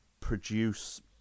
produce